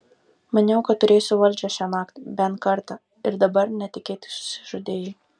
maniau kad turėsiu valdžią šiąnakt bent kartą ir dabar netikėtai susižadėjai